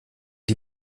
die